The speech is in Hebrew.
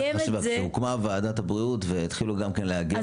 כשהקומה וועדת הבריאות והתחילו גם כן לאגם את זה,